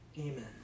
Amen